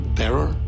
terror